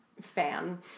fan